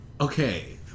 Okay